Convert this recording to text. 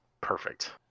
Perfect